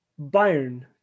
Bayern